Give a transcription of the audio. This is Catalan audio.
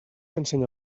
ensenya